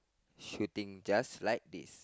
shooting just like this